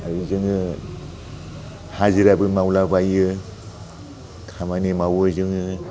आरो जोङो हाजिराबो मावलाबायो खामानि मावो जोङो